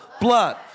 blood